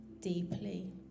deeply